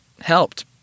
helped